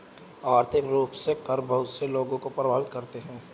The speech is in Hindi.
आर्थिक रूप से कर बहुत से लोगों को प्राभावित करते हैं